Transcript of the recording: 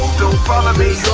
don't bother me